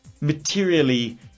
materially